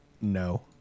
No